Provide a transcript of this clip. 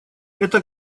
это